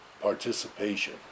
participation